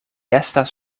estas